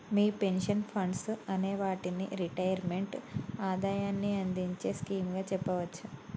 మీ pension funds అనే వాటిని retirement ఆదాయాన్ని అందించే స్కీమ్ గా చెప్పవచ్చు